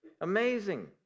Amazing